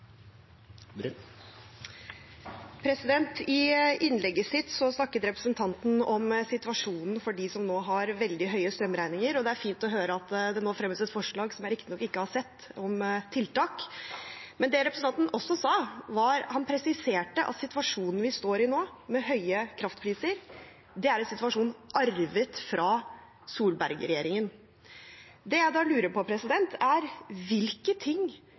I innlegget sitt snakket representanten om situasjonen for dem som nå har veldig høye strømregninger, og det er fint å høre at det nå fremmes et forslag – som jeg riktignok ikke har sett – om tiltak. Men det representanten også gjorde, var å presisere at situasjonen vi står i nå – med høye kraftpriser – er en situasjon som er arvet fra Solberg-regjeringen. Det jeg da lurer på, er: Hvilke ting